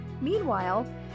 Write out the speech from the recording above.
Meanwhile